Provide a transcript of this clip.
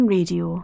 Radio